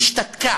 היא השתתקה.